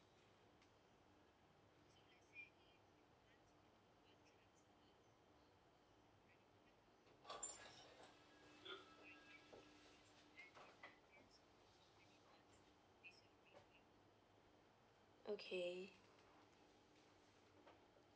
okay